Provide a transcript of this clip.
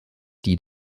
die